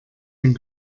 den